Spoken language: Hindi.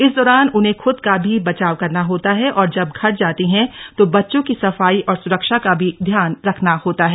इस दौरान उन्हें खूद का भी बचाव करना होता है और जब घर जाती हैं तो बच्चों की सफाई और सुरक्षा का भी ध्यान रखना होता है